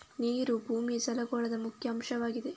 ನೀರು ಭೂಮಿಯ ಜಲಗೋಳದ ಮುಖ್ಯ ಅಂಶವಾಗಿದೆ